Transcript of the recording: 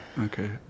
Okay